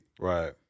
Right